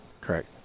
Correct